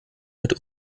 mit